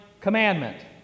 commandment